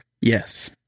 Yes